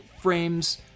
frames